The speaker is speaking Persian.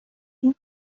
این